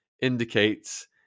indicates